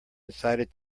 decided